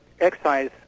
excise